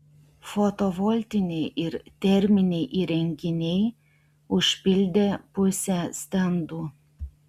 fotovoltiniai ir terminiai įrenginiai užpildė pusę stendų